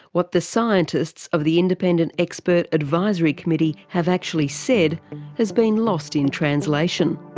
what the scientists of the independent expert advisory committee have actually said has been lost in translation.